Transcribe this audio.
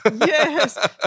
yes